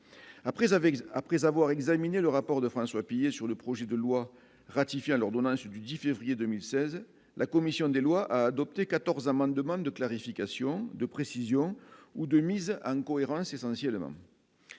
après avoir examiné le rapport de François Pillet sur le projet de loi ratifiant l'ordonnance du 10 février 2016, la commission des lois adoptées 14 demande de clarification de précision ou de mise en cohérence essentiellement.